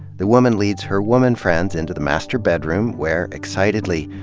the woman leads her woman friends into the master bedroom, where, excitedly,